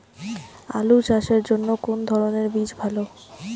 আলু চাষের জন্য কোন ধরণের বীজ ভালো?